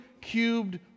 cubed